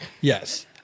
Yes